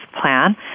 plan